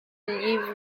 leave